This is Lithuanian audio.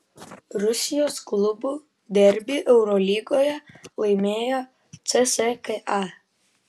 rusijos klubų derbį eurolygoje laimėjo cska